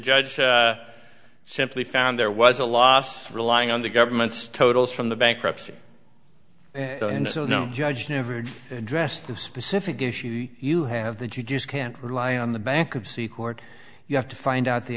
judge simply found there was a las relying on the government's totals from the bankruptcy and so no judge never did address the specific issue you have that you just can't rely on the bankruptcy court you have to find out the